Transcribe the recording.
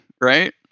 right